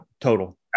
total